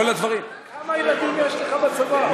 כמה ילדים יש לך בצבא?